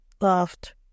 laughed